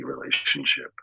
relationship